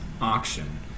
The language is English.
auction